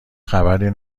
خبری